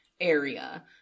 area